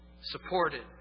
supported